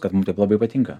kad mum taip labai patinka